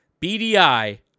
BDI